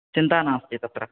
चिन्ता नास्ति